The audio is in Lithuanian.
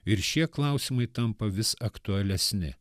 ir šie klausimai tampa vis aktualesni